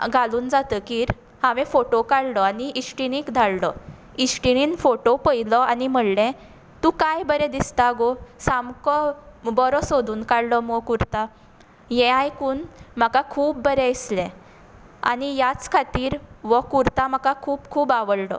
घालून जातगीर हांवे फोटो काडलो आनी इश्टीनीक धाडलो इश्टीनीन फोटो पळयलो आनी म्हणलें तूं काय बरें दिसतो गो सामको बरो सोदून काडलो मगो कुर्ता हें आयकून म्हाका खूब बरें दिसलें आनी ह्याच खातीर हो कुर्ता म्हाका खूब खूब आवडलो